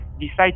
decide